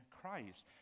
Christ